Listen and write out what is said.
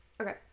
okay